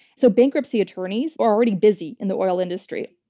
so bankruptcy attorneys are already busy in the oil industry.